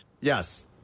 Yes